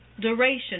Duration